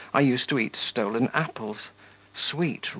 i used to eat stolen apples sweet,